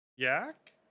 Yak